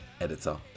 editor